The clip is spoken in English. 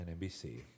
NBC